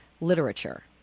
literature